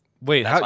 Wait